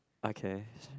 okay